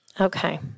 Okay